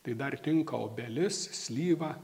tai dar tinka obelis slyva